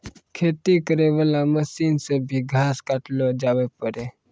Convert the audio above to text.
खेती करै वाला मशीन से भी घास काटलो जावै पाड़ै